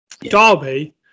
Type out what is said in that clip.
Derby